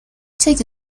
take